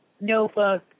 notebook